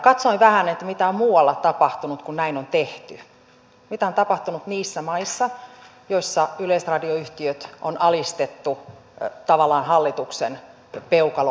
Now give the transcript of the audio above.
katsoin vähän mitä on muualla tapahtunut kun näin on tehty mitä on tapahtunut niissä maissa joissa yleisradioyhtiöt on alistettu tavallaan hallituksen peukalon alle